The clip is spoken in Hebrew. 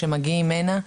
שמגיעים הנה.